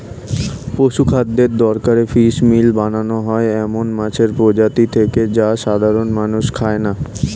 পশুখাদ্যের দরকারে ফিসমিল বানানো হয় এমন মাছের প্রজাতি থেকে যা সাধারনত মানুষে খায় না